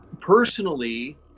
personally